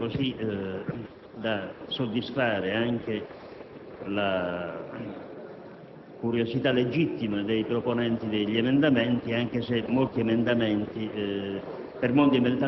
Se vi fossero, voi dovreste essere i primi ad avere il coraggio di respingere l'intero impianto e ad avanzare qui una proposta di riforma della Costituzione per dividere davvero le carriere dei magistrati.